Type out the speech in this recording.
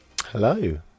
hello